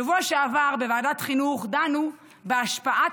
בשבוע שעבר בוועדת חינוך דנו בהשפעת